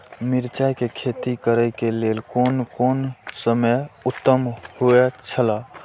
मिरचाई के खेती करे के लेल कोन समय उत्तम हुए छला?